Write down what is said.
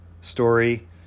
story